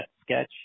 sketch